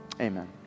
Amen